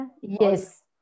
Yes